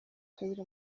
kabiri